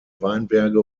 weinberge